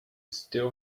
still